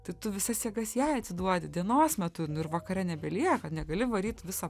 tai tu visas jėgas jai atsiduodi dienos metu nu ir vakare nebelieka negali varyt visą